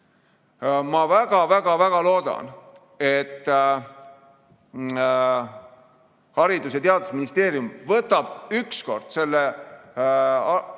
Ma väga-väga loodan, et Haridus‑ ja Teadusministeerium võtab ükskord selle